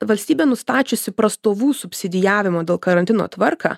valstybė nustačiusi prastovų subsidijavimo dėl karantino tvarką